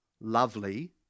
lovely